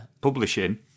publishing